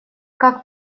как